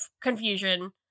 confusion